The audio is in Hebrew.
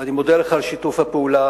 ואני מודה לך על שיתוף הפעולה